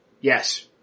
Yes